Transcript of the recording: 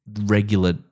regular